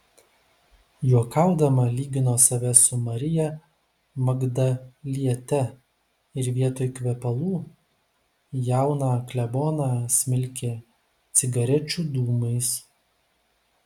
juokaudama lygino save su marija magdaliete ir vietoj kvepalų jauną kleboną smilkė cigarečių dūmais